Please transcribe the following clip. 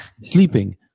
sleeping